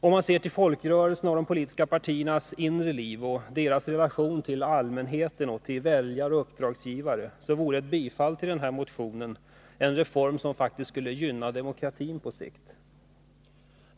Om man ser till folkrörelserna och de politiska partiernas inre liv och deras relation till allmänheten, väljare och uppdragsgivare, skulle ett bifall till denna motion på sikt faktiskt gynna demokratin.